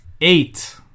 Eight